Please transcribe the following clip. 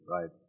Right